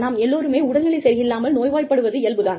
நாம் எல்லோருமே உடல்நிலை சரியில்லாமல் நோய்வாய்ப்படுவது இயல்பு தான்